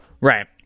Right